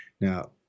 Now